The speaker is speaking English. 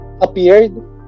appeared